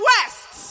West